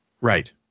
Right